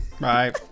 bye